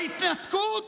ההתנתקות,